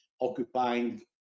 occupying